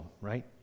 right